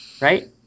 Right